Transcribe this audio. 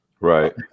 Right